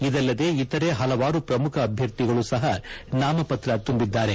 ಇದಲ್ಲದೆ ಇತರೆ ಹಲವಾರು ಪ್ರಮುಖ ಅಭ್ಯರ್ಥಿಗಳು ಸಹ ನಾಮಪತ್ರ ತುಂಬಿದ್ದಾರೆ